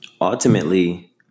Ultimately